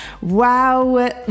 Wow